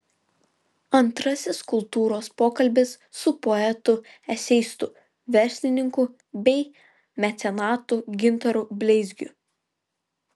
antrasis kultūros pokalbis su poetu eseistu verslininku bei mecenatu gintaru bleizgiu